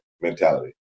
mentality